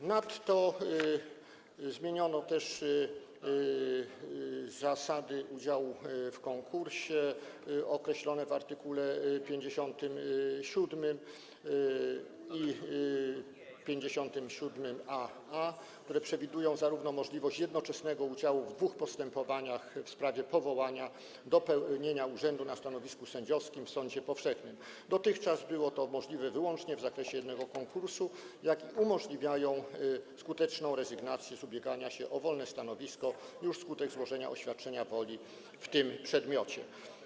Ponadto zmieniono też zasady udziału w konkursie określone w art. 57 i 57aa, które przewidują zarówno możliwość jednoczesnego udziału w dwóch postępowaniach w sprawie powołania do pełnienia urzędu na stanowisku sędziowskim w sądzie powszechnym - dotychczas było to możliwe wyłącznie w zakresie jednego konkursu - jak i umożliwiają skuteczną rezygnację z ubiegania się o wolne stanowisko już wskutek złożenia oświadczenia woli w tym przedmiocie.